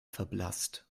verblasst